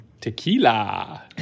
Tequila